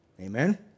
Amen